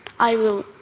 i will,